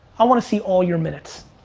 i wanna see all your minutes.